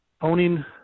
owning